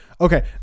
Okay